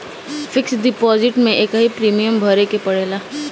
fix deposit में एकही premium भरे के पड़ेला